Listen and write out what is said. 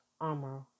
armor